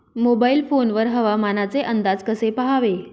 Mobile phone वर हवामानाचे अंदाज कसे पहावे?